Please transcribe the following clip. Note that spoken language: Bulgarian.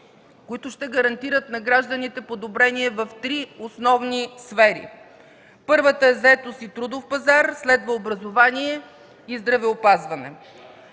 които ще гарантират на гражданите подобрение в три основни сфери: първата е заетост и трудов пазар; следват образование и здравеопазване.